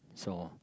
so